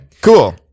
cool